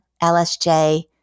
LSJ